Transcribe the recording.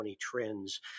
trends